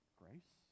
grace